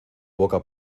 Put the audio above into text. boca